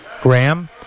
Graham